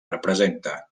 representa